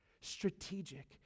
Strategic